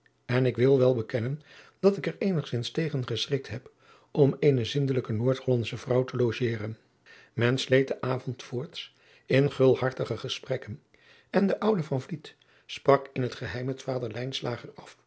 en ik wil wel bekennen dat ik er eenigzins tegen geschrikt heb om eene zindelijke noordhollandsche vrouw te logeren men sleet den avond voorts in gulhartige gesprekken en de oude van vliet sprak in het geheim met vader lijnslager af